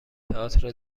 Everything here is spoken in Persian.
تئاتر